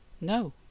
No